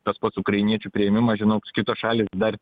tas pats ukrainiečių priėmimas žinau kitos šalys dar